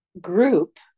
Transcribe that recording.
group